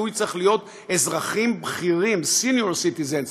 הביטוי צריך להיות אזרחים בכירים, senior citizens,